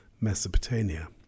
Mesopotamia